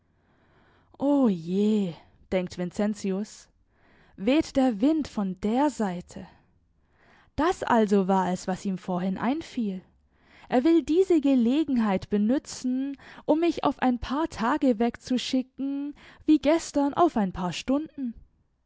o je denkt vincentius weht der wind von der seite das also war es was ihm vorhin einfiel er will diese gelegenheit benützen um mich auf ein paar tage wegzuschicken wie gestern auf ein paar stunden